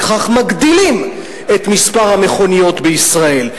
וכך מגדילים את מספר המכוניות בישראל.